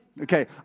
okay